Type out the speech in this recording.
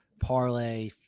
parlay